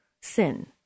sin